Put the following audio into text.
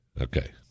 Okay